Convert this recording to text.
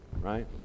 right